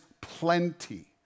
plenty